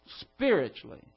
spiritually